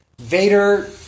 Vader